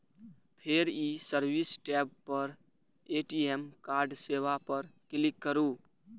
फेर ई service tab पर ए.टी.एम कार्ड सेवा पर क्लिक करू